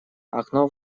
окно